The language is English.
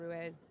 Ruiz